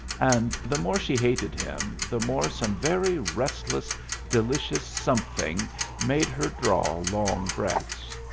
and the more she hated him, the more some very restless delicious something made her draw long breaths.